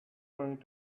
going